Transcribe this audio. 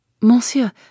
Monsieur